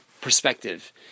perspective